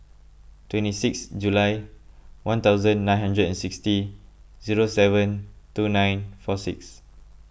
twenty six July one thousand nine hundred and sixty zero seven two nine four six